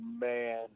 man